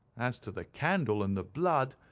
as to the candle, and the blood,